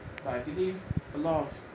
but I believe a lot of